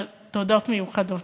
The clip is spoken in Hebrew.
תודות מיוחדות,